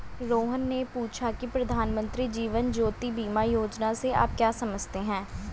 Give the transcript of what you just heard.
रोहन ने पूछा की प्रधानमंत्री जीवन ज्योति बीमा योजना से आप क्या समझते हैं?